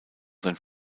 sein